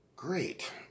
Great